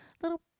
little